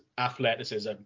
Athleticism